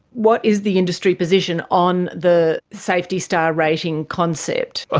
what is the industry position on the safety star rating concept? ah